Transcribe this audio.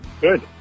Good